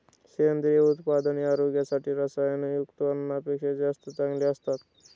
सेंद्रिय उत्पादने आरोग्यासाठी रसायनयुक्त अन्नापेक्षा जास्त चांगली असतात